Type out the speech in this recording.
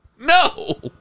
No